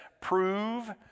prove